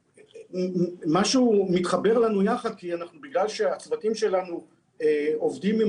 משהו מתחבר לנו יחד כי בגלל שהצוותים שלנו עובדים עם